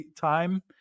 time